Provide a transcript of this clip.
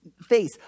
face